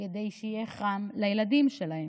כדי שיהיה חם לילדים שלהן,